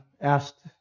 asked